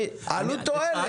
עלות מול תועלת.